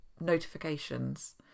notifications